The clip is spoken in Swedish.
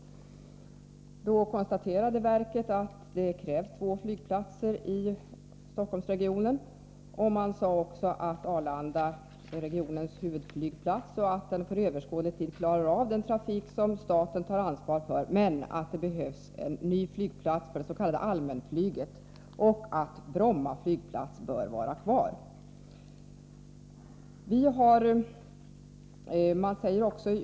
Verket konstaterade att det krävs två flygplatser i Stockholmsregionen. Man sade också att Arlanda är regionens huvudflygplats och att den klarar av den trafik som staten har ansvaret för, men att det behövs en ny flygplats för bl.a. allmänflyget och att Bromma flygplats bör vara kvar.